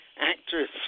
Actress